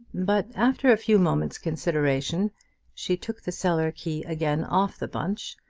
but after a few moments' consideration she took the cellar key again off the bunch,